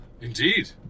Indeed